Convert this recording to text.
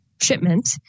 shipment